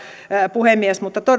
puhemies mutta